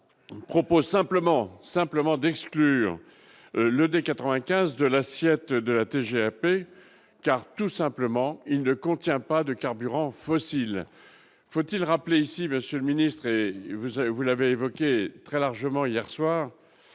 simplement simplement d'exclure le des 95 de l'assiette de la TGAP car tout simplement il ne contient pas de carburant fossiles, faut-il rappeler ici, Monsieur le ministre et vous avez, vous l'avez évoqué très largement hier soir